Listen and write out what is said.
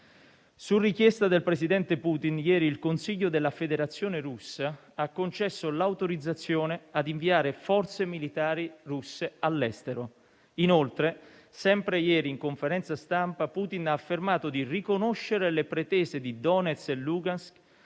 Su richiesta del presidente Putin, ieri il consiglio della Federazione russa ha concesso l'autorizzazione a inviare forze militari russe all'estero. Inoltre, sempre ieri, in conferenza stampa Putin ha affermato di riconoscere le pretese di Donetsk e Lugansk